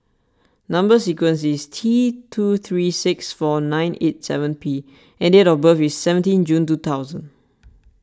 Number Sequence is T two three six four nine eight seven P and date of birth is seventeen June two thousand